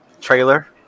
trailer